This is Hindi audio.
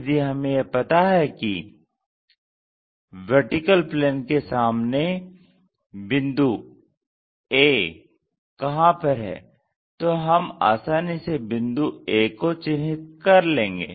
यदि हमें यह पता है कि VP के सामने बिंदु a कहाँ पर है तो हम आसानी से बिंदु a को चिन्हित कर लेंगे